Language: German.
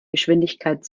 geschwindigkeit